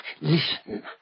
listen